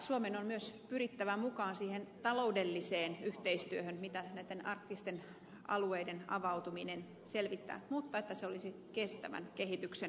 suomen on myös pyrittävä mukaan siihen taloudelliseen yhteistyöhön mitä näitten arktisten alueiden avautuminen selvittää mutta sen olisi oltava kestävän kehityksen